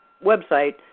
website